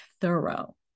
thorough